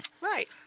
Right